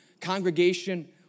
Congregation